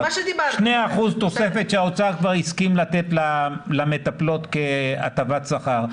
2% תוספת שהאוצר כבר הסכים לתת למטפלות כהטבת שכר,